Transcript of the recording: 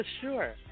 Sure